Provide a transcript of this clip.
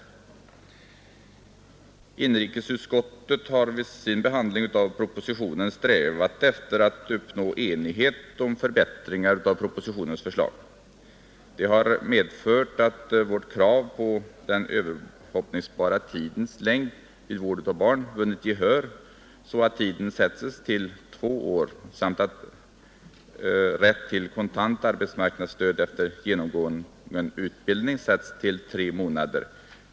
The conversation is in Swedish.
Inrikesutskottet har vid sin behandling av propositionen strävat efter att uppnå enighet om förbättringar av propositionens förslag. Detta har medfört att vårt krav på den överhoppningsbara tidens längd vid vård av barn vunnit gehör, så att tiden sättes till två år, samt att rätt till kontant arbetsmarknadsstöd efter genomgången utbildning sätts till tre månader.